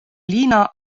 liina